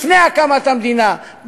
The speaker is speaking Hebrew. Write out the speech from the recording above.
לפני הקמת המדינה,